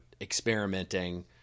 experimenting